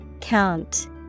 Count